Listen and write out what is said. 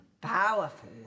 Powerful